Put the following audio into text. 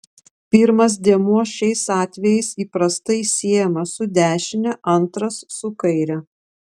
pirmas dėmuo šiais atvejais įprastai siejamas su dešine antras su kaire